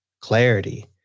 Clarity